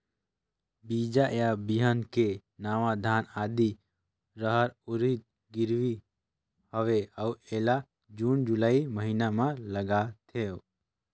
बीजा या बिहान के नवा धान, आदी, रहर, उरीद गिरवी हवे अउ एला जून जुलाई महीना म लगाथेव?